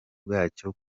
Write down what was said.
bwacyo